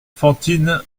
fantine